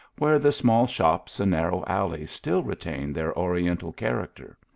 where the small shops and narrow alleys stiil retain their ori ental character.